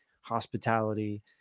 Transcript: Hospitality